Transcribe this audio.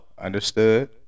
Understood